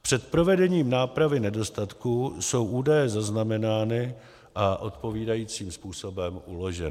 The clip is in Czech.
Před provedením nápravy nedostatků jsou údaje zaznamenány a odpovídajícím způsobem uloženy.